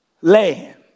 land